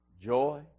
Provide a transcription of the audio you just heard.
Joy